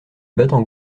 battant